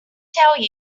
tell